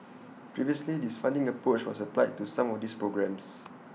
previously this funding approach was applied to some of these programmes